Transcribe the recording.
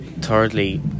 Thirdly